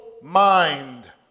mind